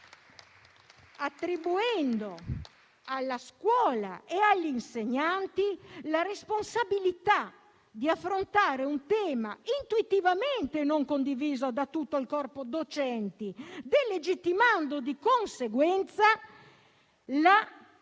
attribuendo alla scuola e agli insegnanti la responsabilità di affrontare un tema intuitivamente non condiviso da tutto il corpo docente, delegittimando di conseguenza la famiglia,